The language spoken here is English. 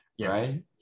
right